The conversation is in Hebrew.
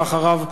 ואחריו,